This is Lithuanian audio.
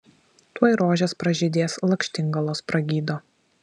tuoj rožės pražydės lakštingalos pragydo